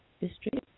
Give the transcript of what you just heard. district